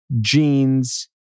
jeans